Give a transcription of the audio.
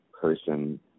person